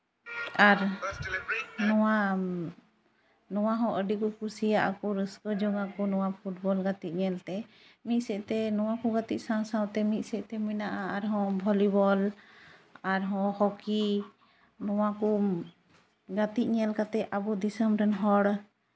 ᱟᱨ ᱱᱚᱣᱟᱢ ᱱᱚᱣᱟ ᱦᱚᱸ ᱟᱹᱰᱤ ᱠᱚ ᱠᱩᱥᱤᱭᱟᱜ ᱠᱚ ᱨᱟᱹᱥᱠᱟᱹ ᱡᱚᱝ ᱟᱠᱚ ᱱᱚᱣᱟ ᱯᱷᱩᱴᱵᱚᱞ ᱜᱟᱛᱮᱜ ᱧᱮᱞᱛᱮ ᱢᱤᱫ ᱥᱮᱫ ᱛᱮ ᱱᱚᱣᱟ ᱠᱚ ᱜᱟᱛᱮᱜ ᱥᱟᱶ ᱥᱟᱶᱛᱮ ᱢᱮᱱᱟᱜᱼᱟ ᱟᱨᱦᱚᱸ ᱵᱷᱚᱞᱤᱵᱚᱞ ᱟᱨᱦᱚᱸ ᱦᱚᱠᱤ ᱱᱚᱣᱟ ᱠᱚ ᱜᱟᱛᱮᱜ ᱧᱮᱞ ᱠᱟᱛᱮᱫ ᱟᱵᱚ ᱫᱤᱥᱚᱢ ᱨᱮᱱ ᱦᱚᱲ